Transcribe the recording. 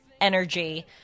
energy